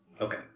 Okay